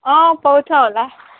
अँ पाउँछ होला